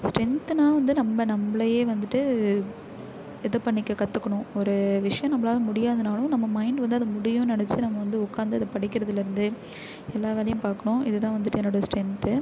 ஸ்டென்த்துனால் வந்து நம்ப நம்பளையே வந்துட்டு இது பண்ணிக்க கற்றுக்கணும் ஒரு விஷயம் நம்பளால் முடியாதுனாலும் நம்ம மைண்ட் வந்து அதை முடியும்னு நினச்சி நம்ம வந்து உட்காந்து அத படிக்கிறதில் இருந்து எல்லா வேலையும் பார்க்குனும் இது தான் வந்துட்டு என்னோட ஸ்டென்த்